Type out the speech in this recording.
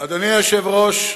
אדוני היושב-ראש,